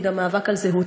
היא גם מאבק על זהות,